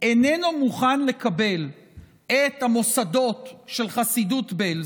איננו מוכן לקבל את המוסדות של חסידות בעלז,